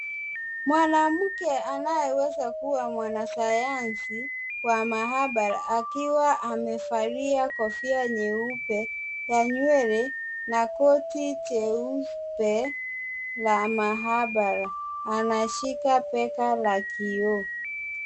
Mwanamke anayeweza kuwa mwanasayansi wa maabara akiwa amevalia kofia nyeupe ya nywele na koti jeupe la maabara anashika peka la kioo.